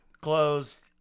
closed